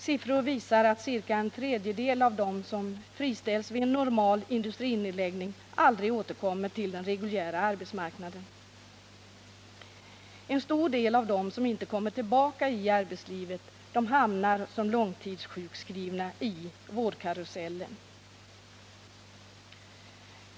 Siffror visar att ca en tredjedel av dem som friställs vid en normal industrinedläggning aldrig återkommer till den reguljära arbetsmarknaden. En stor del av dem som inte kommer tillbaka i arbetslivet hamnar som långtidssjukskrivna i vårdkarusellen.